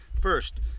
First